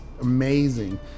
amazing